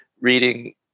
reading